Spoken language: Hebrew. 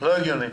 לא הגיוני.